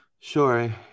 Sure